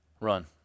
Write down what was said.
run